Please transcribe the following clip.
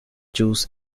choose